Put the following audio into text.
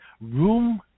Room